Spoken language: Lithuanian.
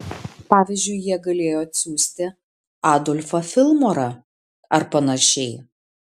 pavyzdžiui jie galėjo atsiųsti adolfą filmorą ar panašiai